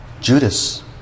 Judas